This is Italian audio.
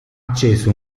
acceso